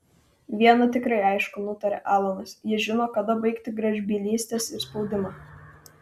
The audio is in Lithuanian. viena tikrai aišku nutarė alanas ji žino kada baigti gražbylystes ir spaudimą